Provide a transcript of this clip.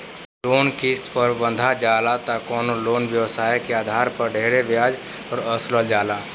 कवनो लोन किस्त पर बंधा जाला त कवनो लोन व्यवसाय के आधार पर ढेरे ब्याज पर वसूलल जाला